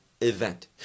event